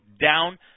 down